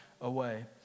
away